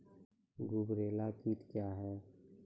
गुबरैला कीट क्या हैं?